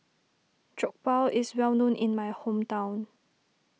Jokbal is well known in my hometown